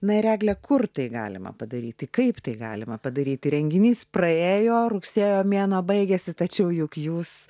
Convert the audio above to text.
na ir egle kur tai galima padaryti kaip tai galima padaryti renginys praėjo rugsėjo mėnuo baigėsi tačiau juk jūs